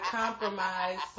compromise